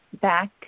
back